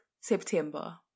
September